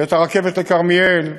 את הרכבת לכרמיאל,